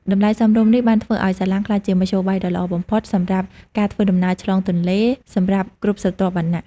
តម្លៃសមរម្យនេះបានធ្វើឱ្យសាឡាងក្លាយជាមធ្យោបាយដ៏ល្អបំផុតសម្រាប់ការធ្វើដំណើរឆ្លងទន្លេសម្រាប់គ្រប់ស្រទាប់វណ្ណៈ។